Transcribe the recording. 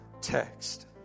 text